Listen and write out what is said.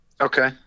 Okay